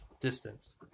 distance